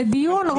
זה דיון.